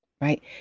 Right